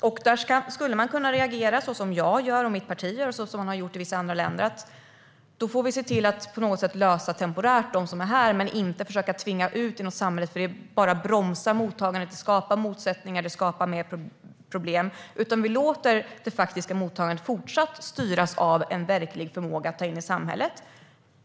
Man skulle då kunna reagera så som jag och mitt parti gör, och så som man har gjort i vissa länder, och på något sätt lösa det temporärt för dem som är här men inte försöka tvinga ut dem i samhället, för det bara bromsar mottagandet och skapar motsättningar och mer problem. Vi vill låta det faktiska mottagandet fortsatt styras av en verklig förmåga att ta in människor i samhället.